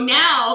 now